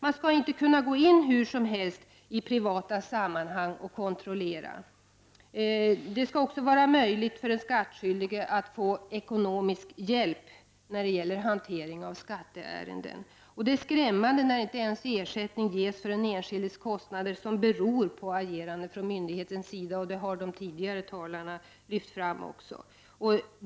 Man skall inte kunna gå in hur som helst i privata utrymmen för att kontrollera. Det skall också vara möjligt för den skattskyldige att få ekonomisk hjälp att hantera skatteärenden. Det är skrämmande när ersättning inte ges ens för den enskildes kostnader som beror på agerandet från myndighetens sida, vilket även de tidigare talarna lyft fram.